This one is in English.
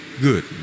good